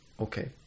Okay